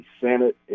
Senate